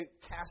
cast